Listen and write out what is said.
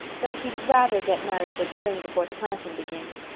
though he'd rather get married this spring before the planting begins.